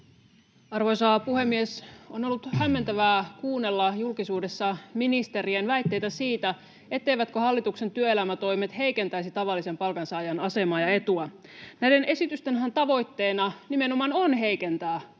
Arvoisa puhemies! On ollut hämmentävää kuunnella julkisuudessa ministerien väitteitä siitä, etteivätkö hallituksen työelämätoimet heikentäisi tavallisen palkansaajan asemaa ja etua. Näiden esitysten tavoitteenahan nimenomaan on heikentää palkansaajan asemaa.